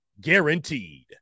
Guaranteed